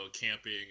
camping